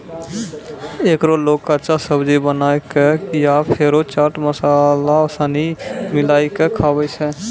एकरा लोग कच्चा, सब्जी बनाए कय या फेरो चाट मसाला सनी मिलाकय खाबै छै